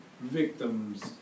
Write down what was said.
victims